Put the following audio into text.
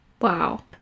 Wow